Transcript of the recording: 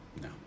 No